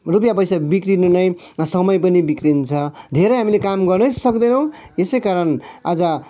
रुपियाँ पैसा बिग्रिनु नै समय पनि बिग्रिन्छ धेरै हामीले काम गर्नै सक्दैनौँ यसैकारण आज